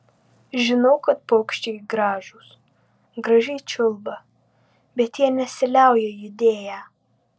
žinau kad paukščiai gražūs gražiai čiulba bet jie nesiliauja judėję